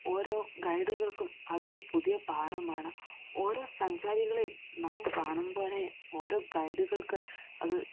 ഓരോ ഗൈഡുകൾക്കും അതൊരു പുതിയ പാഠമാണ് ഓരോ സഞ്ചാരികളെയും നാം കാണുംപോലെ ഓരോ ഗൈഡുകൾക്ക് അത്